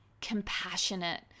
compassionate